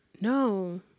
No